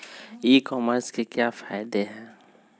ई commerce के क्या फायदे हैं?